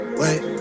wait